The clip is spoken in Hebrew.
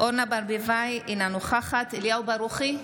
אורנה ברביבאי, אינה נוכחת אליהו ברוכי,